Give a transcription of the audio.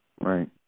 Right